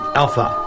alpha